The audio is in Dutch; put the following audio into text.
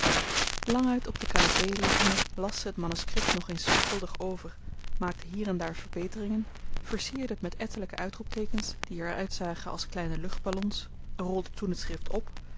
languit op de canapé liggende las ze het manuscript nog eens zorgvuldig over maakte hier en daar verbeteringen versierde t met ettelijke uitroepteekens die er uitzagen als kleine luchtballons rolde toen het schrift op